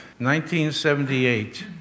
1978